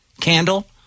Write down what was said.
Candle